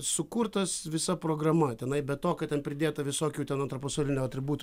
sukurtas visa programa tenai be to kad ten pridėta visokių ten antro pasaulinio atributų